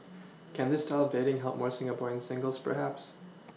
can this style dating help more Singaporean singles perhaps